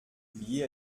lié